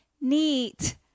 neat